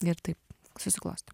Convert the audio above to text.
ir tai susiklosto